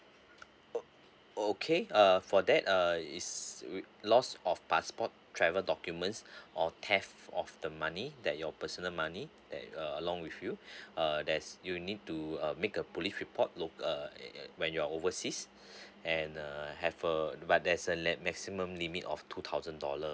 oh oh okay uh for that uh is lost of passport travel documents or theft of the money that your personal money that uh along with you err there's you need to uh make a police report loc~ err when you're overseas and uh have uh but there's a let maximum limit of two thousand dollar